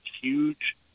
huge